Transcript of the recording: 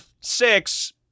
six